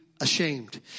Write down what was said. ashamed